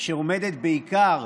שעומדת בעיקר